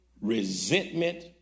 resentment